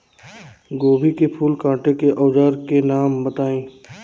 गोभी के फूल काटे के औज़ार के नाम बताई?